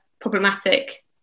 problematic